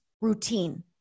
routine